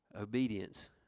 obedience